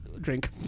drink